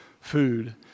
food